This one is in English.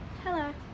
Hello